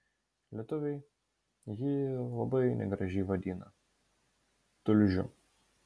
lietuviai jį labai negražiai vadina tulžiu